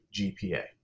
GPA